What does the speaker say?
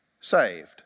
Saved